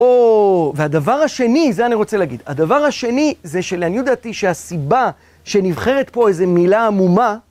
והדבר השני, זה אני רוצה להגיד, הדבר השני זה שלעניות דעתי שהסיבה שנבחרת פה איזה מילה עמומה,